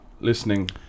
listening